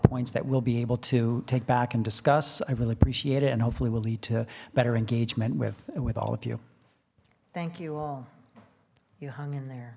points that we'll be able to take back and discuss i really appreciate it and hopefully will lead to better engagement with with all of you thank you all you hung in there